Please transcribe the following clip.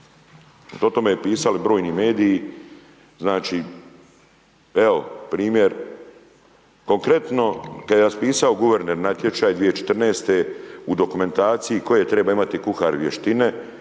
o tome pisali brojni mediji, znači, evo, primjer konkretno, kad je raspisao guverner natječaj 2014. u dokumentaciji koje treba imati kuhar vještine,